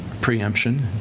preemption